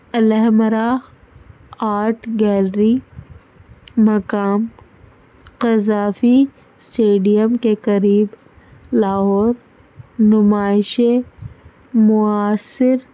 Alhamra art gallery مقام Gaddafi stadium کے قریب لاہور نمائشیں معاثر